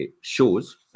shows